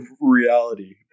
reality